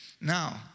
Now